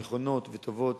נכונות וטובות